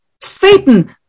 Satan